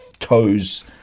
toes